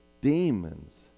demons